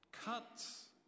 cuts